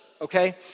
okay